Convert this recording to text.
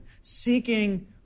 seeking